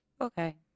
Okay